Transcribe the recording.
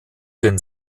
den